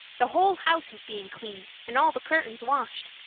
the whole house is being cleaned and all the curtains washed.